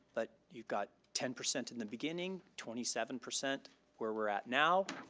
but you've got ten percent in the beginning, twenty seven percent where we're at now.